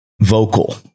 vocal